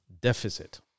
deficit